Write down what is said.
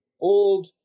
old